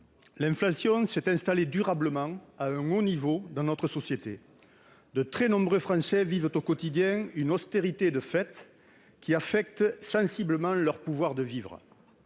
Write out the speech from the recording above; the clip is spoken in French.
l'inflation s'est installée durablement à un haut niveau dans notre société. De très nombreux Français vivent au quotidien une austérité de fait, qui affecte sensiblement leur pouvoir de vivre.